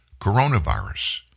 coronavirus